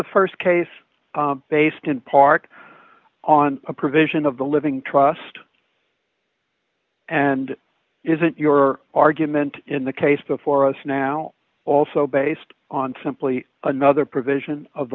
the st case based in part on a provision of the living trust and isn't your argument in the case before us now also based on simply another provision of